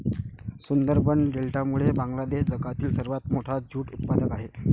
सुंदरबन डेल्टामुळे बांगलादेश जगातील सर्वात मोठा ज्यूट उत्पादक आहे